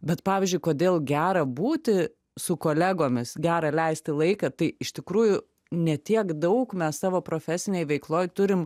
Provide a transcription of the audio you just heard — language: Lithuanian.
bet pavyzdžiui kodėl gera būti su kolegomis gera leisti laiką tai iš tikrųjų ne tiek daug mes savo profesinėj veikloj turim